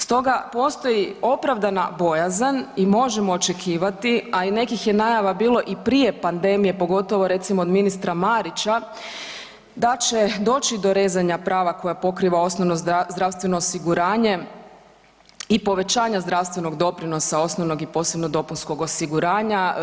Stoga postoji opravdana bojazan i možemo očekivati, a i nekih je najava bilo i prije pandemije pogotovo recimo od ministra Marića da će doći do rezanja prava osnovno zdravstveno osiguranje i povećanja zdravstvenog doprinosa osnovnog i posebno dopunskog osiguranja.